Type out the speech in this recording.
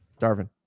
Darvin